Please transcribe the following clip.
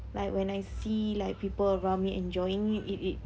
like when I see like people around enjoying eat it